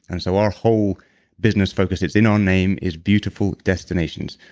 and so our whole business focus, it's in our name, it's beautiful destinations,